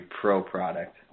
pro-product